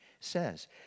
says